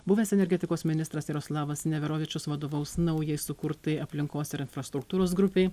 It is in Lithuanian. buvęs energetikos ministras jaroslavas neverovičius vadovaus naujai sukurtai aplinkos ir infrastruktūros grupei